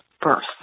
birth